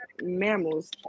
mammals